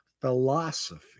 philosophy